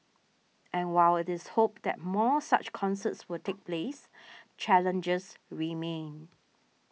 and while it is hoped that more such concerts will take place challenges remain